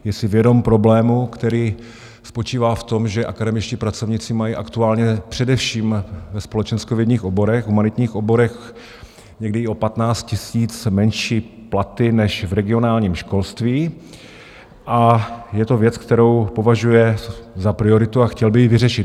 Je si vědom problému, který spočívá v tom, že akademičtí pracovníci mají aktuálně především ve společenskovědních oborech, humanitních oborech, někdy i o 15 000 menší platy než v regionálním školství, a je to věc, kterou považuje za prioritu a chtěl by ji vyřešit.